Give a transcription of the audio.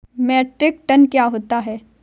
Metric tonne क्या होता है?